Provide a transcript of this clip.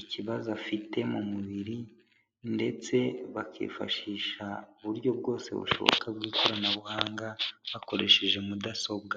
ikibazo afite mu mubiri ndetse bakifashisha, uburyo bwose bushoboka bw'ikoranabuhanga bakoresheje mudasobwa.